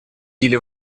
или